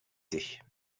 sich